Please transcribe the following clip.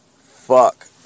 fuck